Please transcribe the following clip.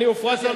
אני הופרעתי,